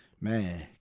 Man